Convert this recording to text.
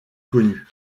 connu